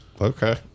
Okay